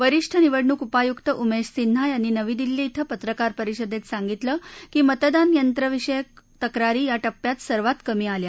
वरिष्ठ निवडणूक उपायुक उमेश सिन्हा यांनी नवी दिल्ली क्रिं पत्रकारपरिषदेत सांगितलं की मतदानयंत्र विषयक तक्रारी या टप्प्यात सर्वात कमी आल्या